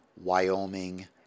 Wyoming